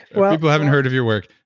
who ah who haven't heard of your work,